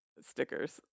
stickers